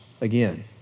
again